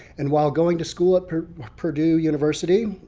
and while going to school at purdue university,